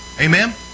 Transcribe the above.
Amen